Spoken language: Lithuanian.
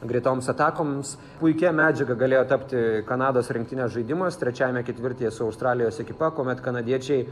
greitoms atakoms puikia medžiaga galėjo tapti kanados rinktinės žaidimas trečiajame ketvirtyje su australijos ekipa kuomet kanadiečiai